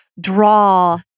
draw